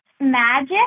magic